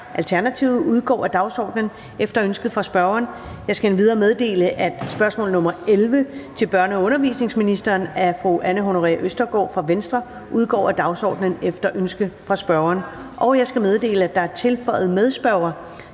Gejl (ALT) udgår af dagsordenen efter ønske fra spørgeren. Jeg skal samtidig meddele, at spørgsmål nr. 11 (spm. nr. S 1120) til børne- og undervisningsministeren af fru Anne Honoré Østergaard (V) udgår af dagsordenen efter ønske fra spørgeren. Jeg skal endvidere meddele, at der er tilføjet medspørger,